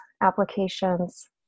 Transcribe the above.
applications